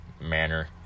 manner